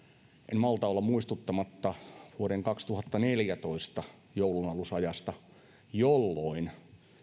en malta olla muistuttamatta vuoden kaksituhattaneljätoista joulunalusajasta jolloin